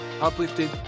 uplifted